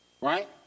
right